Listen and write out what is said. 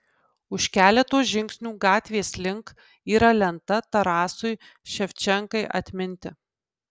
už keleto žingsnių gatvės link yra lenta tarasui ševčenkai atminti